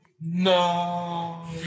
No